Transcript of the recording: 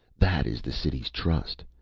that is the city's trust.